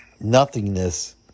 Nothingness